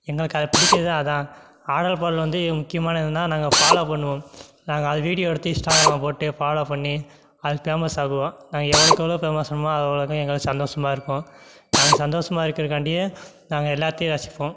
எங்களுக்கு அதை பிடிச்சது அதுதான் ஆடல் பாடல் வந்து எதுவும் முக்கியமானதுன்னா நாங்கள் ஃபாலோ பண்ணுவோம் நாங்கள் அதை வீடியோ எடுத்து இஸ்ட்டாக்ராம் போட்டு ஃபாலோ பண்ணி அதை பேமஸ் ஆக்குவோம் நான் எவ்வளோக்கு எவ்வளோ ஃபேமஸ் ஆகிறமோ அவ்வளோக்கும் எங்களுக்கு சந்தோஷமா இருக்கும் நாங்கள் சந்தோஷமா இருக்கிறதுக்காண்டியே நாங்கள் எல்லாத்தையும் ரசிப்போம்